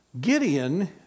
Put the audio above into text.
Gideon